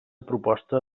proposta